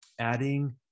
adding